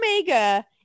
Omega